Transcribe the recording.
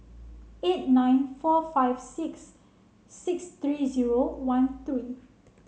eight nine four five six six three zero one three